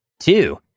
Two